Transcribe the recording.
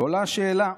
ועולה השאלה: